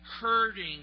hurting